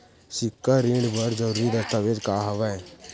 सिक्छा ऋण बर जरूरी दस्तावेज का हवय?